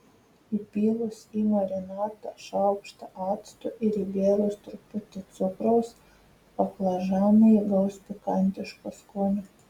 įpylus į marinatą šaukštą acto ir įbėrus truputį cukraus baklažanai įgaus pikantiško skonio